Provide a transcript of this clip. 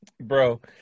bro